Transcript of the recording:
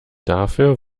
dafür